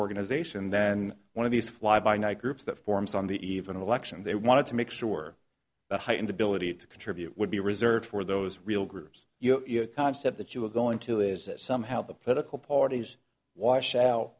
organization then one of these fly by night groups that forms on the even election they wanted to make sure the high end ability to contribute would be reserved for those real groups you're a concept that you are going to is that somehow the political parties wash out